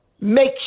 Make